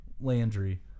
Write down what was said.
Landry